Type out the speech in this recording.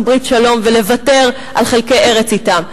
ברית שלום ולוותר על חלקי ארץ בשבילם.